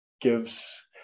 gives